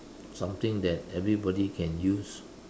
something that everybody can use